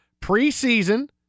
preseason